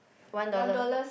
one dollar